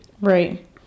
Right